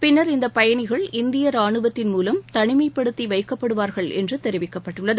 பின்னர் இந்த பயணிகள் இந்திய ராணுவத்தின் மூவம் தனிமைப்படுத்தி வைக்கப்படுவார்கள் என்று தெரிவிக்கப்பட்டுள்ளது